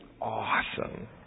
Awesome